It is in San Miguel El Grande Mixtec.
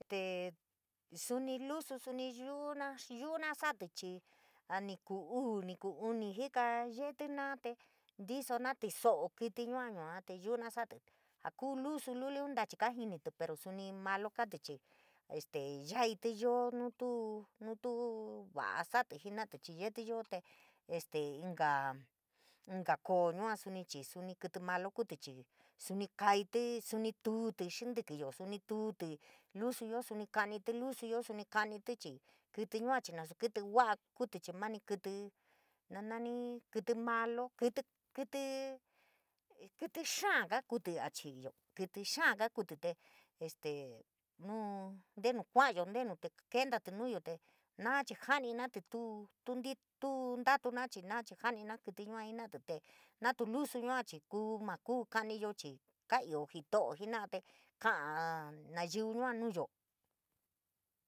Tee suni lusu, suni yu'una yuuna saatí chii a nii kuu uu, ni kuu uni jika yetí naa tee ntisona tiso'o kítí yua, yua tee yu'una saatí jaa kuu lusu luliun, ntachi kajinití pero suni malo kaatí, chii este yaití yoo nuu tuu nuu tuu va'a satí jena'atí chii yeetí yoo te este inka inka koo yua suni chii suni kítí malo kuutí chii suni kaití, suni tuutí xintíkíyo, suni tuutí lusuyo, suni ka'anití lusu suni ka'anití chii kítí yua chii nasu kítí va'a kuutí chii nani kítí na nani kítí malo kítí, kítíí kítí xaa kaa kuutí a chiyo kítí xaa kaa kuutí te este nuu ntenu kua'ayo ntenu te kentatí nuyoo, te naa chii ja'aninatí tuu tuu ntito ntatuna chii naa chii janinatí kítí yua jena'antí, tee natu lusu yua chii kuu maa kukaniyo chii kaaio jito'o tee ka'an nayiun yua nuuyo.